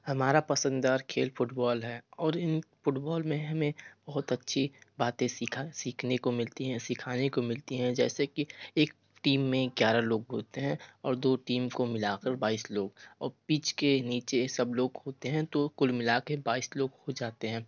हमारा पसंदीदा खेल फ़ुटबॉल है और इन फ़ुटबॉल में हमें बहुत अच्छी बातें सीखा सीखने को मिलती हैं सिखाने को मिलती हैं जैसे की एक टीम में ग्यारह लोग होते हैं और दो टीम को मिला कर बाईस लोग और पिच के नीचे सब लोग होते हैं तो कुल मिला के बाईस लोग हो जाते हैं